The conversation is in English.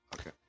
Okay